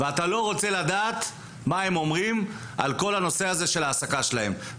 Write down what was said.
ואתה לא רוצה לדעת מה הם אומרים על כל הנושא של ההעסקה שלהם.